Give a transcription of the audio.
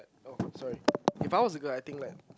oh sorry if I was a girl I think like